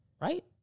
Right